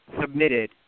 submitted